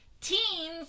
Teens